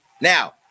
Now